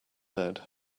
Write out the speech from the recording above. bed